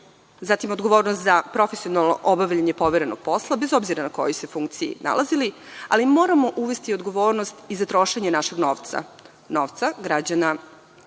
zatim odgovornost za profesionalno obavljanje poverenog posla, bez obzira na kojoj se funkciji nalazili, ali moramo uvesti i odgovornost i za trošenje našeg novca, novca građana